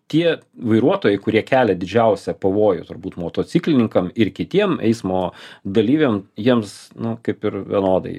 tie vairuotojai kurie kelia didžiausią pavojų turbūt motociklininkam ir kitiem eismo dalyviam jiems nu kaip ir vienodai